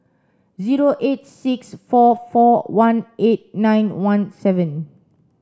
zero eight six four four one eight nine one seven